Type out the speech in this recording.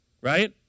right